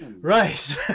Right